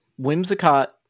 Whimsicott